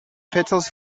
petals